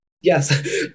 Yes